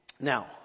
Now